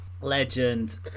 Legend